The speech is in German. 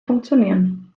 funktionieren